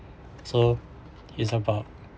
so it's about